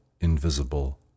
invisible